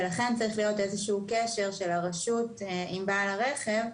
ולכן צריך להיות איזשהו קשר של הרשות עם בעל הרכב,